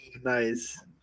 Nice